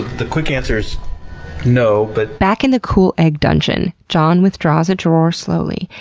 the quick answer is no, but, back in the cool egg dungeon, john withdraws a drawer slowly,